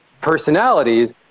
personalities